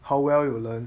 how well you learn